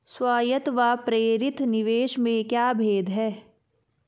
स्वायत्त व प्रेरित निवेश में क्या भेद है?